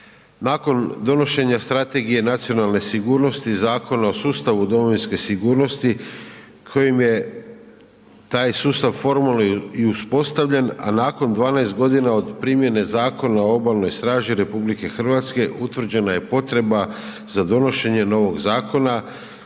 Nakon donošenja Strategije nacionalne sigurnosti, Zakona o sustavu domovinske sigurnosti kojim je taj sustav formalno i uspostavljen a nakon 12 godina od primjene Zakona o obalnoj straži RH utvrđena je potreba za donošenjem novog zakona